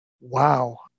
wow